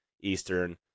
Eastern